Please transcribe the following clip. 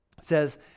says